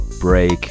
break